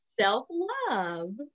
self-love